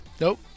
Nope